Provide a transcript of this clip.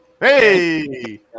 Hey